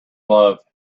love